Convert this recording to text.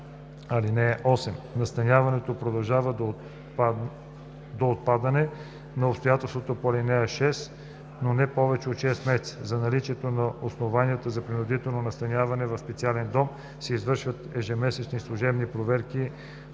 „(8) Настаняването продължава до отпадане на обстоятелствата по ал. 6, но не повече от 6 месеца. За наличието на основанията за принудително настаняване в специален дом се извършват ежемесечни служебни проверки